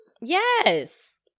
Yes